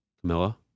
Camilla